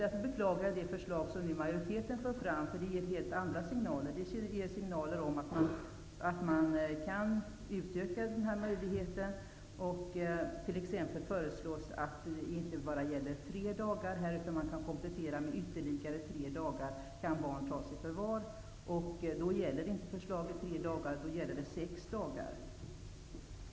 Därför beklagar jag det förslag som majoriteten för fram, eftersom det ger helt andra signaler. Det ger signaler om att man kan utöka möjligheten att ta i förvar. Det föreslås t.ex. att det inte bara skall gälla tre dagar, utan att man kan komplettera med ytterligare tre dagar. Då gäller inte förslaget tre dagar utan sex dagar.